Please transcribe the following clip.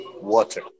Water